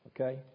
Okay